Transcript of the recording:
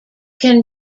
can